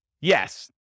Yes